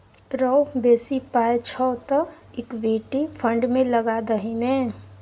रौ बेसी पाय छौ तँ इक्विटी फंड मे लगा दही ने